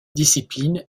discipline